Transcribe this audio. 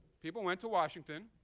people went to washington,